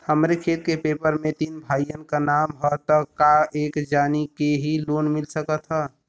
हमरे खेत के पेपर मे तीन भाइयन क नाम ह त का एक जानी के ही लोन मिल सकत ह?